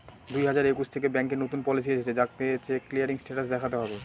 দুই হাজার একুশ থেকে ব্যাঙ্কে নতুন পলিসি এসেছে যাতে চেক ক্লিয়ারিং স্টেটাস দেখাতে হবে